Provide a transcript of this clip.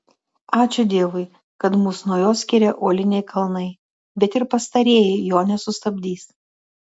ačiū dievui kad mus nuo jo skiria uoliniai kalnai bet ir pastarieji jo nesustabdys